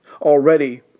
already